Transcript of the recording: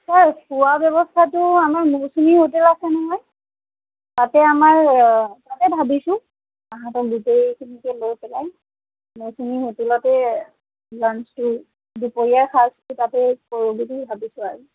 sir খোৱা ব্য়ৱস্থাটো আমাৰ মৌচুমী হোটেল আছে নহয় তাতে আমাৰ তাকে ভাবিছোঁ তাহাঁতক গোটেইখিনিকে লৈ পেলাই মৌচুমী হোটেলতে লাঞ্চটো দুপৰীয়াৰ সাজটো তাতে কৰোঁ বুলি ভাবিছোঁ আৰু